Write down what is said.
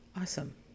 Awesome